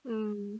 mm